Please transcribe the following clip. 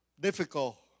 difficult